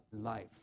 Life